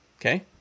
Okay